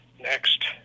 next